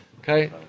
Okay